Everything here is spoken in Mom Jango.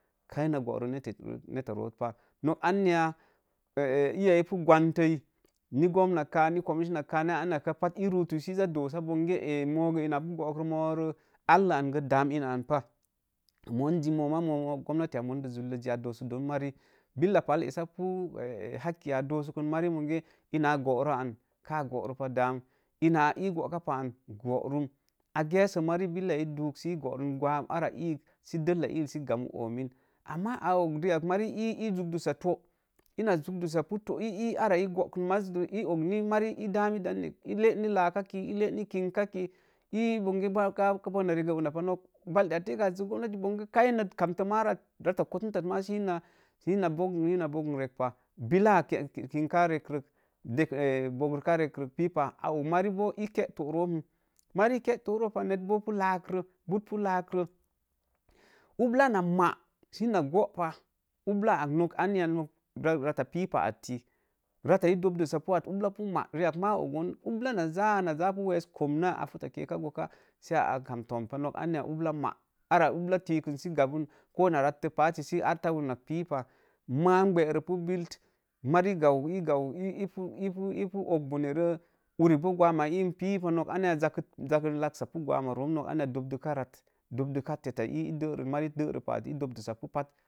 Kai na gooro netta root pah not anya a. a iya ipu gwantəi, ni gomnak kaa, ni komisənak kaa, ii ruutuk sə ii zaa doosa bonge a mao gə ina apu boo roo moo roo allə an gə daam innan pah, munji maoma moo gomnati a man də zulləs ji a do. sək doon mari, billa pal essapu hakki a doosəkən mari monge ina a gooro an ka gooro pa, daam ina a ii gooka pa an goorum, a gesə mari billaa du sə ii goorun gwan arra iik sə della iil sə gam domin ama a ag rii ak mari ii ii zuk dusapu to, ina zuk dasapu to ii ii arra ii gookən maaz gə ii og ni mari ii dami dan nak ki, ii lehi kin ka lii bonge kabona regə una pa, balldə a teeka azsə bonge kaini a kamtə maa rat ta kottun tat pa, sə ii ina boogə rak pa, billaaa kek kin ka rekrə a bogreka rekrek pipah aog mari boo ii ke too roo pah, mari ke too roo pah net boo pu laa rə, but pu laa rə, ubla na maa sə na goo pa, ublaa ak nook anya nok ratta pipa atti, rat ii dobdusapa at, ubla pu maa rii ak maa a og on, ubla najaa, ana ja pu wees komna a fotto keka goka sə a kam tos pah nok ubla maa, arra ubla tiikə sə gabə ko na rat tə paak ya sə ar tauwon nak pipah, maam gbərə pu billət ii gau, ii gau, i pu i pu ipu og bonerə, uri boo gwam ma iim pipa nok anya zakit laksapu gwam ma room mok anya not dobduka rat dobdukaratta mari dərə pa onk ii dobolusapu pat.